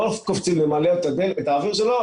לא קופצים למלא את האוויר שלו,